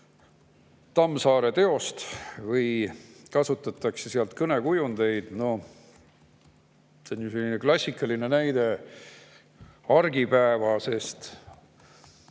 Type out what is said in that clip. Tammsaare teost või kasutatakse sealt kõnekujundeid. See on klassikaline näide argipäevasest